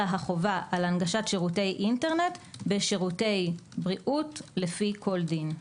החובה על הנגשת שירותי אינטרנט בשירותי בריאות לפי כל דין.